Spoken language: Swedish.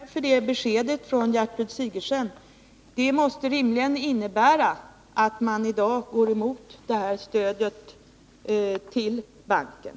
Herr talman! Jag tackar för det beskedet från Gertrud Sigurdsen. Det måste rimligen innebära att man i dag går emot förslaget om stöd till banken.